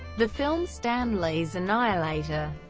the film stan lee's annihilator,